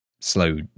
slow